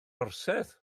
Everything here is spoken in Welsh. orsedd